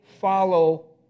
follow